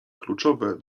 kluczowe